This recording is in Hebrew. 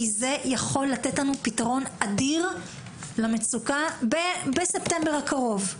זה יכול לתת לנו פתרון אדיר למצוקה כבר בספטמבר הקרוב.